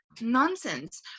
Nonsense